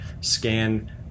scan